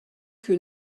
que